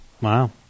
Wow